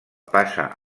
passa